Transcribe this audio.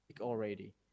already